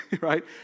right